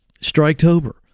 Striketober